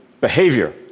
behavior